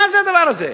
מה זה הדבר הזה?